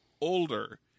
older